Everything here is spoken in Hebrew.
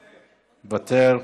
מוותר,